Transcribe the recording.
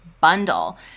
Bundle